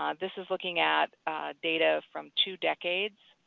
um this is looking at data from two decades,